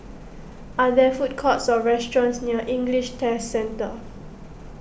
are there food courts or restaurants near English Test Centre